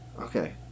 Okay